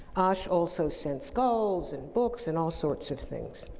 asch also sent skulls and books and all sorts of things.